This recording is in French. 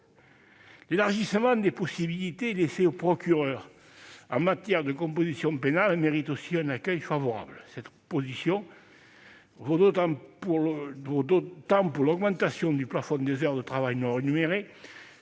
L'élargissement des possibilités laissées au procureur en matière de composition pénale mérite aussi un accueil favorable. Cela vaut pour l'augmentation du plafond des heures de travail non rémunéré